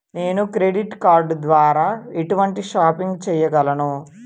నేను credit card ద్వార ఎటువంటి షాపింగ్ చెయ్యగలను?